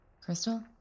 Crystal